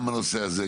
גם בנושא הזה,